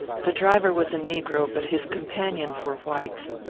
the driver was a negro but his companions were white.